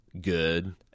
good